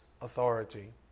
authority